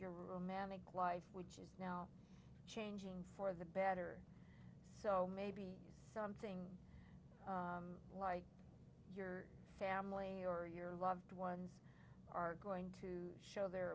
your romantic life which is now changing for the better so maybe something like family or your loved ones are going to show their